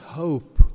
hope